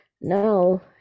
now